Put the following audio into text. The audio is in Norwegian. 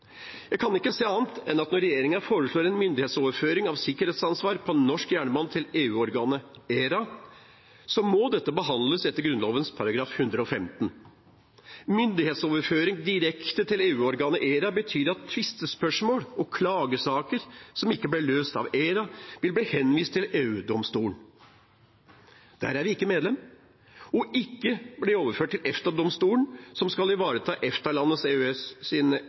Jeg kan ikke se annet enn at når regjeringen foreslår en myndighetsoverføring av sikkerhetsansvar på norsk jernbane til EU-organet ERA, må dette behandles etter Grunnloven § 115. Myndighetsoverføring direkte til EU-organet ERA betyr at tvistespørsmål og klagesaker som ikke blir løst av ERA, vil bli henvist til EU-domstolen – der er vi ikke medlem – og ikke bli overført til EFTA-domstolen, som skal ivareta